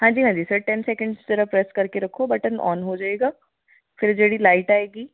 ਹਾਂਜੀ ਹਾਂਜੀ sir ten seconds ਜਰਾ ਪ੍ਰੈਸ ਕਰਕੇ ਰੱਖੋ ਬਟਨ ਓਨ ਹੋਜੇਗਾ ਫਿਰ ਜਿਹੜੀ ਲਾਈਟ ਆਏਗੀ